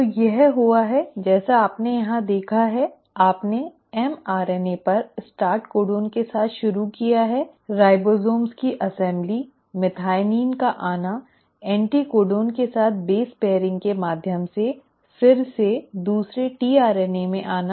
तो यह हुआ है जैसा आपने यहाँ देखा है आपने mRNA पर आरम्भ कोडन के साथ शुरू किया है राइबोसोम की असेंबली मेथियोनीन का आना एंटीकोडॉन के साथ बेस पेयरिंग के माध्यम से फिर से दूसरे tRNA में आना